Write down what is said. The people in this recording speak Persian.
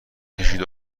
کشید